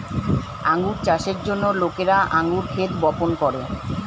আঙ্গুর চাষের জন্য লোকেরা আঙ্গুর ক্ষেত বপন করে